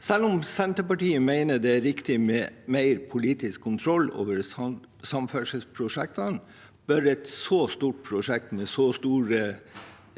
Selv om Senterpartiet mener det er riktig med mer politisk kontroll over samferdselsprosjektene, bør et så stort prosjekt med så store